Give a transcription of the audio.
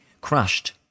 crushed